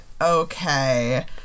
okay